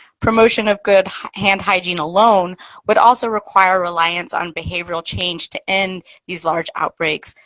promotion of good hand hygiene alone would also require reliance on behavioral change to end these large outbreaks.